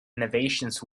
innovations